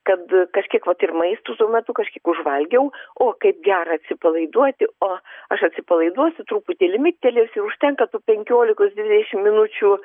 kad kažkiek vat ir maisto tuo metu kažkiek užvalgiau o kaip gera atsipalaiduoti o aš atsipalaiduosiu truputėlį migtelėsiu užtenka tų penkiolikos dvidešimt minučių